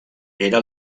era